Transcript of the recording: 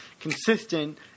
consistent